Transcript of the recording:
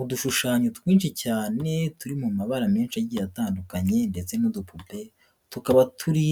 Udushushanyo twinshi cyane turi mu mabara menshi agiye atandukanye ndetse n'udupupe, tukaba turi